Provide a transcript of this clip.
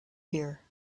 here